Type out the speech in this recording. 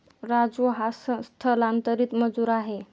राजू हा स्थलांतरित मजूर आहे